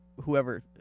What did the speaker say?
whoever